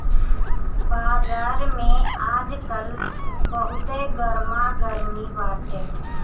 बाजार में आजकल बहुते गरमा गरमी बाटे